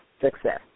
success